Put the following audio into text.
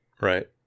Right